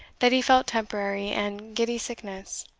that he felt temporary and giddy sickness.